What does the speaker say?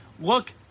look